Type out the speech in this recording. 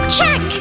Check